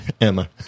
Emma